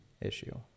issue